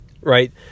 right